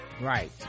right